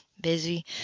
busy